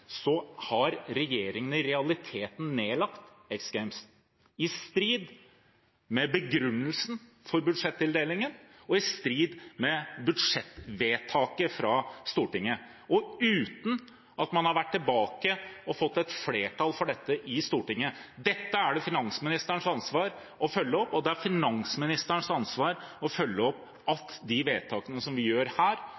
regjeringen i realiteten nedlagt X Games – i strid med begrunnelsen for budsjettildelingen, i strid med budsjettvedtaket fra Stortinget og uten at man har vært tilbake og fått et flertall for dette i Stortinget. Dette er det finansministerens ansvar å følge opp, og det er finansministerens ansvar å følge opp at